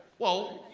well,